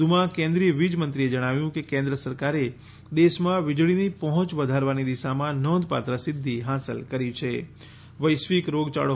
વધુમાં કેન્દ્રિય વીજમંત્રીએ જણાવ્યું કે કેન્દ્ર સરકારે દેશમાં વીજળીની પહોંચ વધારવાની દિશામાં નોંધપાત્ર સિદ્ધિ હાંસલ કરી છે વૈશ્વિક રોગયાળો